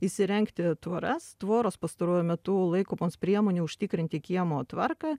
įsirengti tvoras tvoros pastaruoju metu laikomos priemone užtikrinti kiemo tvarką